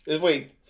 Wait